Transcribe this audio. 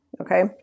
okay